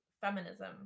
feminism